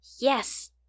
Yes